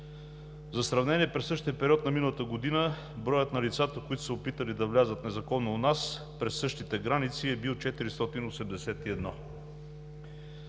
За сравнение през същия период на миналата година броят на лицата, опитали се да влязат незаконно у нас през същите граници, е бил 481.